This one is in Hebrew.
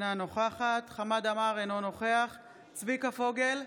אינה נוכחת חמד עמאר, אינו נוכח צביקה פוגל,